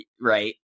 Right